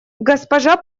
госпожа